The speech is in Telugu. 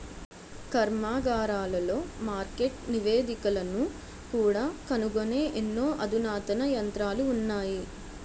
కర్మాగారాలలో మార్కెట్ నివేదికలను కూడా కనుగొనే ఎన్నో అధునాతన యంత్రాలు ఉన్నాయి